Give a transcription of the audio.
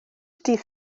dydd